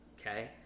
Okay